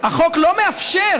החוק לא מאפשר